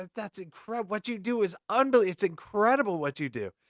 that's incredible, what you do is unbelie it's incredible what you do!